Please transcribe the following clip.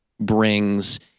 brings